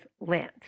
land